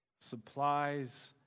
supplies